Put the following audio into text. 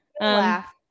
Laugh